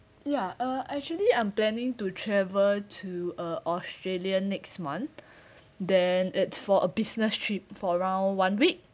ya uh actually I'm planning to travel to uh australia next month then it's for a business trip for around one week